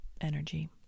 energy